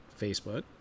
Facebook